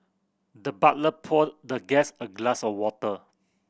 the butler poured the guest a glass of water